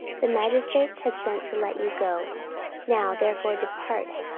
the magistrates have sent to let you go now therefore depart,